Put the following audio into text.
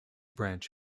branch